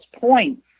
points